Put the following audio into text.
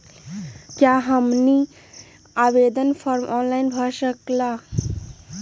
क्या हमनी आवेदन फॉर्म ऑनलाइन भर सकेला?